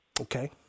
Okay